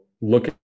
look